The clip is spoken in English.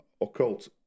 occult